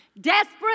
Desperate